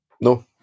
No